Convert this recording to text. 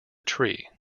tree